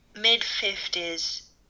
mid-fifties